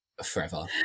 forever